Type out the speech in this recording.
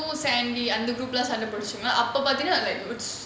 அந்த:antha group லாம் சண்டை போட்டுச்சு அப்போ பார்த்தேனா:laam sanda potuchu appo parthaenaa